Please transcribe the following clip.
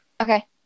Okay